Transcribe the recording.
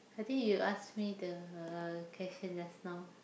I think you ask me the question just now